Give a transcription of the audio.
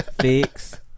Fix